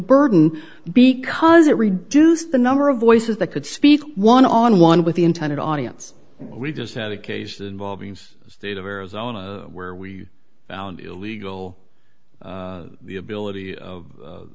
burden because it reduced the number of voices that could speak one on one with the intended audience we just had a case involving the state of arizona where we found illegal the ability of